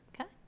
okay